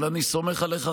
אבל אני סומך עליך,